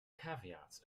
caveats